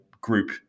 group